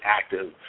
active